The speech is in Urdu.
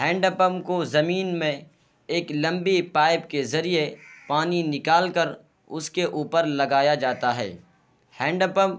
ہینڈ پمپ کو زمین میں ایک لمبی پائپ کے ذریعے پانی نکال کر اس کے اوپر لگایا جاتا ہے ہینڈ پمپ